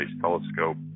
Telescope